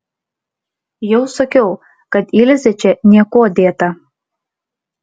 jau sakiau kad ilzė čia niekuo dėta